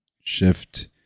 shift